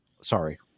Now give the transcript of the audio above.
sorry